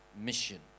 mission